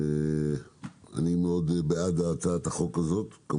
אני מאוד בעד הצעת החוק הזאת.